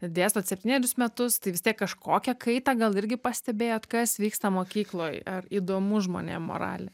dėstot septynerius metus tai vis tiek kažkokią kaitą gal irgi pastebėjot kas vyksta mokykloj ar įdomu žmonėm moralė